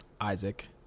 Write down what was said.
Isaac